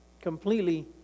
Completely